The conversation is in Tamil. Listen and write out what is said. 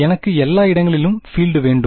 எனக்கு எல்லா இடங்களிலும் பீல்ட் வேண்டும்